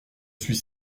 suis